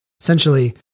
essentially